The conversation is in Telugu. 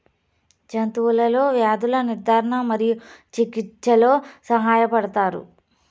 జంతువులలో వ్యాధుల నిర్ధారణ మరియు చికిత్చలో సహాయపడుతారు